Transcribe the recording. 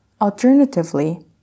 Alternatively